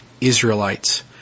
Israelites